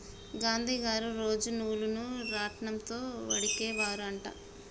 గాంధీ గారు రోజు నూలును రాట్నం తో వడికే వారు అంట